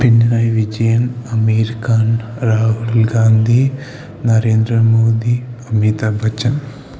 Pinarayi Vijayan Aamir Khan Rahul Gandhi Narendra Modi Amitabh Bachchan